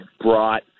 brought